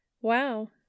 Wow